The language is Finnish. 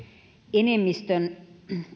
enemmistön